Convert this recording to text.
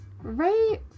Right